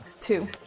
Two